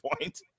point